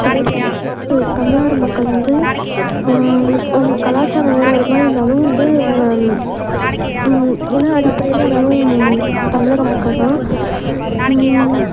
அதேப் தமிழ்நாடு மக்கள் வந்து அவங்க கலாச்சாரம் வேறு வேறு மாதிரி இருந்தாலும் வந்து அவங்க இன அடிப்படையில் எல்லாேரும் தமிழக மக்கள் தான்